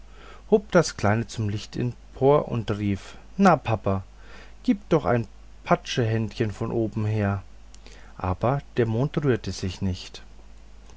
hob das kleine zum licht empor und rief na papa gib doch ein patschhändchen von oben her aber der mond rührte sich nicht